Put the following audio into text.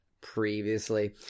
previously